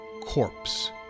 corpse